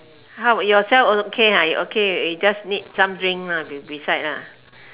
how yourself okay ha you okay you just need some drink lah beside ah